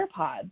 AirPods